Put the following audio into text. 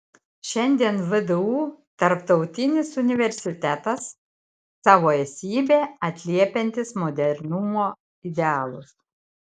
šiandien vdu tarptautinis universitetas savo esybe atliepiantis modernumo idealus